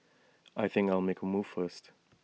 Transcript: I think I'll make A move first